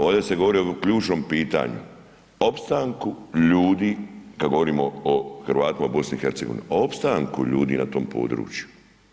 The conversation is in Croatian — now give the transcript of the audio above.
Ovdje se govori o ključnom pitanju, opstanku ljudi, kad govorimo o Hrvatima u BiH, opstanku ljudi na tom području.